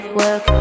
work